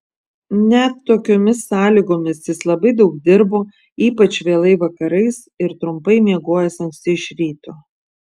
net tokiomis sąlygomis jis labai daug dirbo ypač vėlai vakarais ir trumpai miegojęs anksti iš ryto